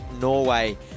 Norway